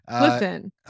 listen